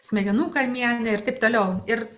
smegenų kamiene ir taip toliau ir